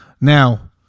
Now